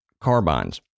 carbines